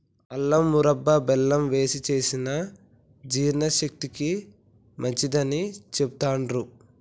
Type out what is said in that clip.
అల్లం మురబ్భ బెల్లం వేశి చేసిన జీర్ణశక్తికి మంచిదని చెబుతాండ్రు